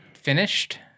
finished